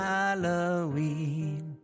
Halloween